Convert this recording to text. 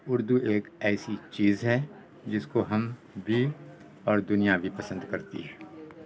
اردو ایک ایسی چیز ہے جس کو ہم بھی اور دنیا بھی پسند کرتی ہے